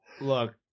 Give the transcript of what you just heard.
Look